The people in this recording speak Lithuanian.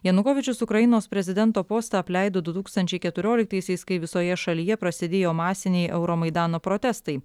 janukovyčius ukrainos prezidento postą apleido du tūkstančiai keturioliktaisiais kai visoje šalyje prasidėjo masiniai euromaidano protestai